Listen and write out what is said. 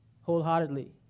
wholeheartedly